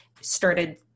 started